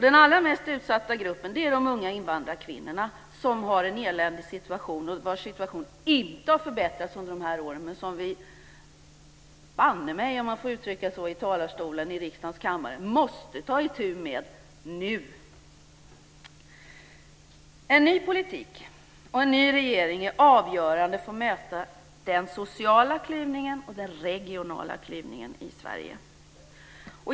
Den allra mest utsatta gruppen är de unga invandrarkvinnorna, som har en eländig situation och vars situation inte har förbättrats under de här åren men som vi bannemej - om man får uttrycka sig så i talarstolen i riksdagens kammare - måste ta itu med nu. En ny politik och en ny regering är avgörande för att möta den sociala klyvningen och den regionala klyvningen i Sverige.